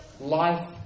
Life